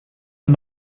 ein